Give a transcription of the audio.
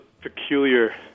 peculiar